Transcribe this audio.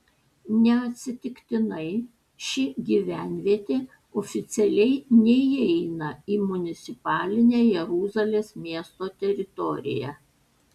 neatsitiktinai ši gyvenvietė oficialiai neįeina į municipalinę jeruzalės miesto teritoriją